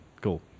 Cool